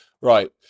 right